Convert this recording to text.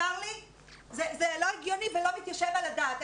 זה לא הגיוני ולא מתיישב על הדעת.